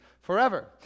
forever